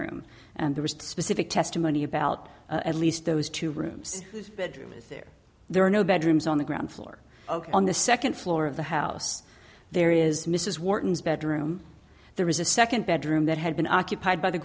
room and the rest specific testimony about at least those two rooms his bedroom is there there are no bedrooms on the ground floor ok on the second floor of the house there is mrs wharton's bedroom there was a second bedroom that had been occupied by the